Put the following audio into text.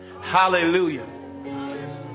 Hallelujah